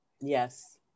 Yes